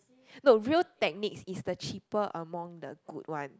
no Real Techniques is the cheaper among the good one